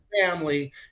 family